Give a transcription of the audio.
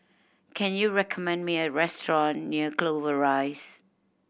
can you recommend me a restaurant near Clover Rise